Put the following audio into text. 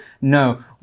No